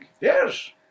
Yes